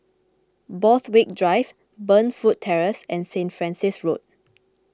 Borthwick Drive Burnfoot Terrace and Saint Francis Road